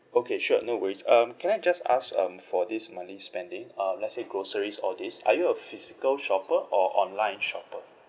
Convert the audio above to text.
okay sure no worries um can I just ask um for this monthly spending um let's say groceries all these are you a physical shopper or online shopper